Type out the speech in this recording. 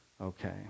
okay